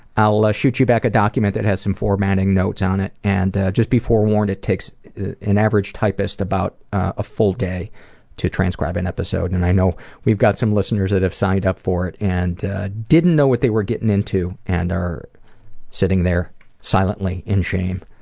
i'll ah shoot you back a document that has some formatting notes and just be forewarned it takes an average typist about a full day to transcribe an episode. and i know we've got some listeners that have signed up for it and didn't know what they were getting into and are sitting there silently in shame